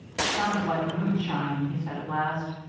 it sounds like moonshine, he said at last,